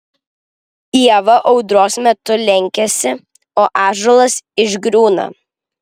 ieva audros metu lenkiasi o ąžuolas išgriūna